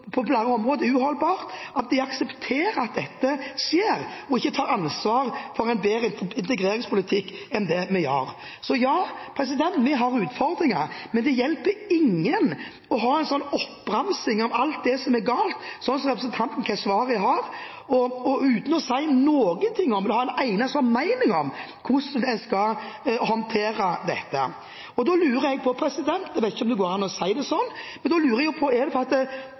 på flere områder er uholdbar – aksepterer at dette skjer, og ikke tar ansvar for en bedre integreringspolitikk enn den vi har. Ja, vi har utfordringer, men det hjelper ingen å ha en sånn oppramsing av alt som er galt, som det representanten Keshvari har, uten å si noe om eller ha en eneste formening om hvordan en skal håndtere dette. Da lurer jeg på – jeg vet ikke om det går an å si det sånn: Er det sånn at det representanten Keshvari sier, skal passe inn i en eller